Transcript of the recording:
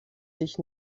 dich